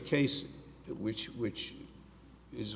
case which which is